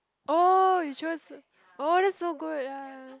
oh you choose oh that's so good ya